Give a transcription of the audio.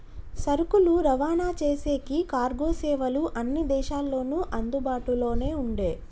సరుకులు రవాణా చేసేకి కార్గో సేవలు అన్ని దేశాల్లోనూ అందుబాటులోనే ఉండే